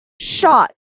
Shot